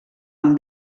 amb